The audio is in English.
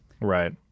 right